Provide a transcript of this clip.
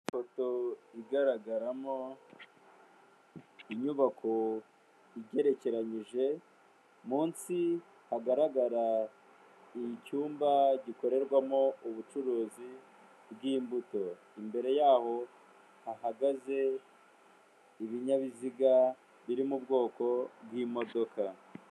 Ifoto igaragaramo inyubako igerekeranyije, munsi hagaragara icyumba gikorerwamo ubucuruzi bw'imbuto, imbere yaho hahagaze ibinyabiziga biri mu bwoko bw'imodoka.